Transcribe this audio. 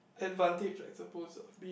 advantage I suppose of me